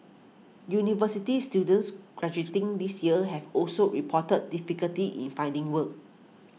university students graduating this year have also reported difficulty in finding work